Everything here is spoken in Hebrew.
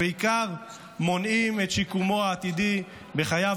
ובעיקר מונעים את שיקומו העתידי בחייו